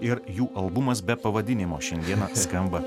ir jų albumas be pavadinimo šiandien skamba